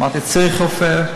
אמרתי: צריך רופא,